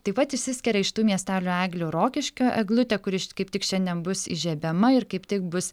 taip pat išsiskiria iš tų miestelių eglių rokiškio eglutė kuri kaip tik šiandien bus įžiebiama ir kaip tik bus